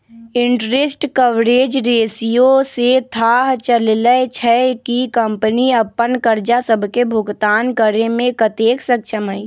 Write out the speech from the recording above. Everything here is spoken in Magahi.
इंटरेस्ट कवरेज रेशियो से थाह चललय छै कि कंपनी अप्पन करजा सभके भुगतान करेमें कतेक सक्षम हइ